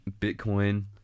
Bitcoin